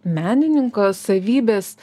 menininko savybės